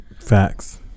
Facts